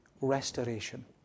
restoration